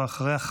ואחריה,